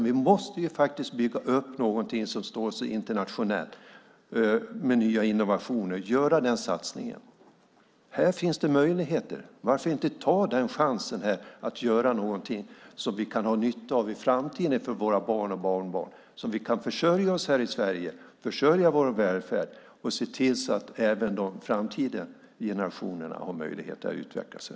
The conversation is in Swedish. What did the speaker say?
Vi måste faktiskt bygga upp någonting som står sig internationellt med nya innovationer, göra den satsningen. Här finns det möjligheter. Varför inte ta den chansen att göra någonting som vi kan ha nytta av i framtiden för våra barn och barnbarn, så vi kan försörja oss här i Sverige, försörja vår välfärd och se till så att även generationerna i framtiden har möjlighet att utveckla sig?